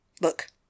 Look